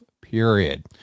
period